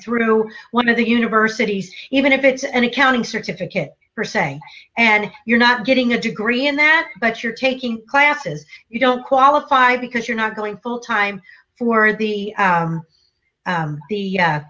through one of the universities even if it's an accounting certificate for say and you're not getting a degree in that but you're taking classes you don't qualify because you're not going full time for the